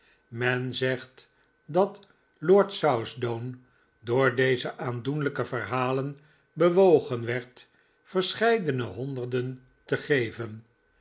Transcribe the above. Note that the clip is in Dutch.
men zegt dat lord southdown door deze aandoenlijke verhalen bewogen werd verscheidene honderden te geven